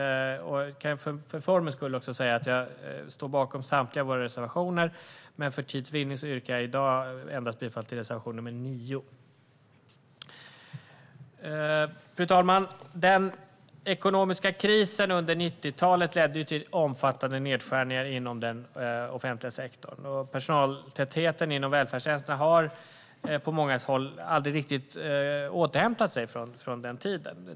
För formens skull kan jag också säga att jag står bakom samtliga av våra reservationer men för tids vinnande yrkar bifall endast till reservation nr 9. Fru talman! Den ekonomiska krisen under 90-talet ledde till omfattande nedskärningar inom den offentliga sektorn. Personaltätheten inom välfärdstjänsterna har på många håll aldrig riktigt återhämtat sig sedan den tiden.